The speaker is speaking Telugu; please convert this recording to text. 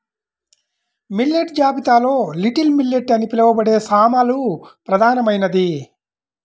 మిల్లెట్ జాబితాలో లిటిల్ మిల్లెట్ అని పిలవబడే సామలు ప్రధానమైనది